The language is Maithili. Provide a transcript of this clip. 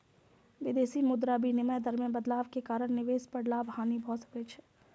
विदेशी मुद्रा विनिमय दर मे बदलाव के कारण निवेश पर लाभ, हानि भए सकै छै